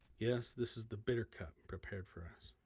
yes, this is the bitter cup prepared for us.